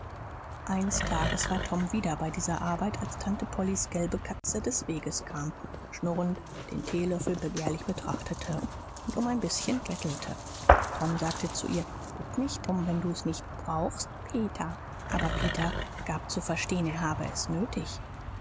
eines tages war tom wieder bei dieser arbeit als tante pollys gelbe katze des weges kam schnurrend den teelöffel begehrlich betrachtete und um ein bißchen bettelte tom sagte zu ihr bitt nicht drum wenn du's nicht brauchst peter aber peter gab zu verstehen er habe es nötig